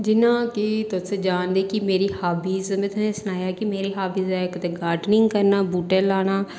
जियां कि तुस जानदे कि मेरी हाबीस न कि में तुसें गी सनाया कि मेरी हाबीस न इक ते गार्डिंनिग करना बूहटे लाना